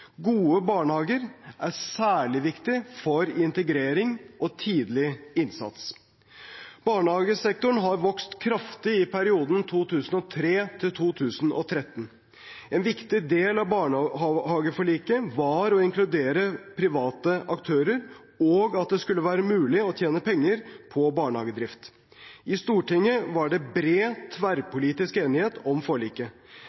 Gode barnehager er særlig viktig for integrering og tidlig innsats. Barnehagesektoren har vokst kraftig i perioden 2003–2013. En viktig del av barnehageforliket var å inkludere private aktører og at det skulle være mulig å tjene penger på barnehagedrift. I Stortinget var det bred,